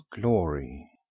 glory